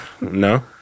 No